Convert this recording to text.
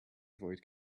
avoid